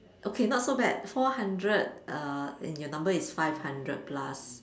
okay not so bad four hundred uh and your number is five hundred plus